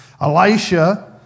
Elisha